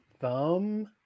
thumb